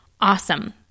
awesome